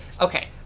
okay